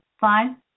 fine